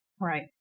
Right